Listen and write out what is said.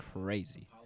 crazy